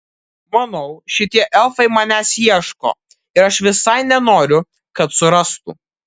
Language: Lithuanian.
manau šitie elfai manęs ieško ir aš visai nenoriu kad surastų